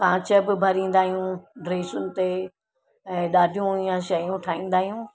कांच बि भरींदा आहियूं ड्रैसुनि ते ऐं ॾाढियूं हीअं शयूं ठाहींदा आहियूं